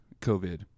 COVID